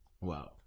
Wow